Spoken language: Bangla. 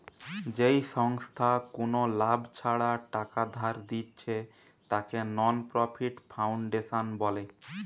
যেই সংস্থা কুনো লাভ ছাড়া টাকা ধার দিচ্ছে তাকে নন প্রফিট ফাউন্ডেশন বলে